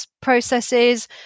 processes